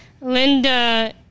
Linda